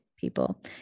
people